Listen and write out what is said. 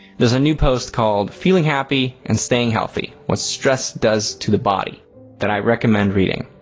there's a new post called feeling happy and staying healthy what stress does to the body that i recommend reading.